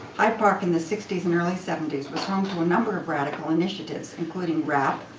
hyde park in the sixty s and early seventy s was home to a number of radical initiatives. including wrap,